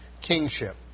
kingship